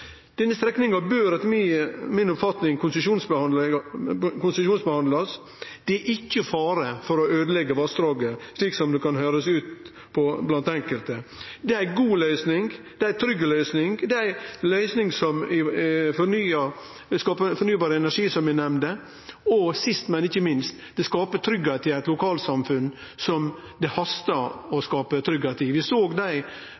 Denne strekninga bør etter mi oppfatning konsesjonsbehandlast. Det er ikkje fare for å øydeleggje vassdraget, slik det kan høyrest ut blant enkelte. Det er ei god løysing, det er ei trygg løysing, det er ei løysing som skapar fornybar energi, som eg nemnde – og sist, men ikkje minst: Det skapar tryggleik i eit lokalsamfunn som det hastar med å